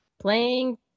Playing